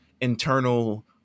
internal